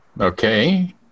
Okay